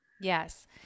yes